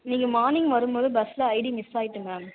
இன்னைக்கு மார்னிங் வரும்போது பஸ்ஸில் ஐடி மிஸ் ஆயிட்டு மேம்